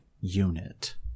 unit